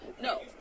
No